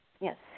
Yes